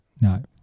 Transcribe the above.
no